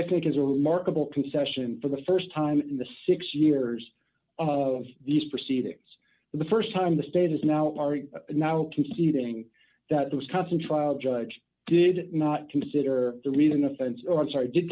i think is a remarkable concession for the st time in the six years of these proceedings the st time the state is now a part of now conceding that wisconsin trial judge did not consider the reading offense or i'm sorry did